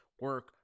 Work